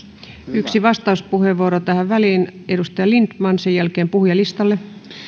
yksi vastauspuheenvuoro tähän väliin edustaja lindtman ja sen jälkeen puhujalistalle